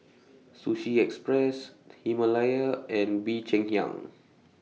Sushi Express Himalaya and Bee Cheng Hiang